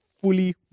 fully